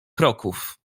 kroków